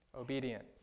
Obedience